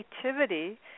creativity